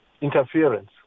interference